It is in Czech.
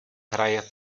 hraje